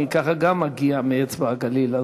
אני גם מגיע מאצבע-הגליל אז,